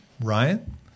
Ryan